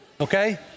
okay